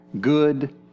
good